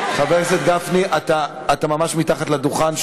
חבר הכנסת גפני, אתה ממש מתחת לדוכן.